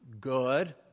good